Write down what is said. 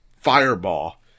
fireball